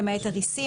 למעט הריסים,